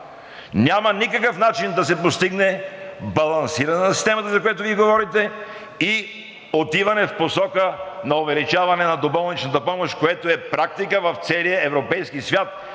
няма никакъв начин да се постигне балансиране на системата, за което Вие говорите, и отиване в посока на увеличаване на доболничната помощ, което е практика в целия европейски свят.